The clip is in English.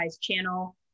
channel